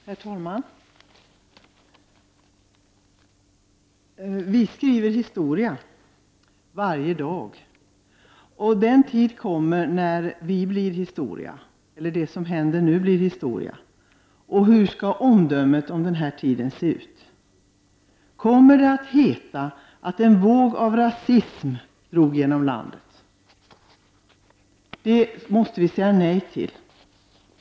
Herr talman! Vi skriver historia varje dag. Den tid kommer när vi och det som nu händer blir historia. Hur skall omdömet om den här tiden låta? Kommer det att heta att en våg av rasism drog genom landet? Det måste vi förhindra.